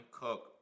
Cook